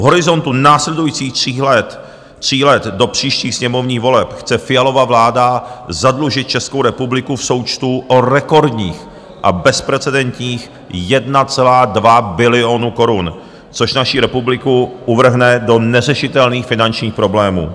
V horizontu následujících tří let do příštích sněmovních voleb chce Fialova vláda zadlužit Českou republiku v součtu o rekordních a bezprecedentních 1,2 bilionu korun, což naši republiku uvrhne do neřešitelných finančních problémů.